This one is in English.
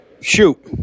Shoot